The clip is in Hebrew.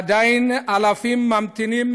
עדיין אלפים ממתינים,